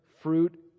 fruit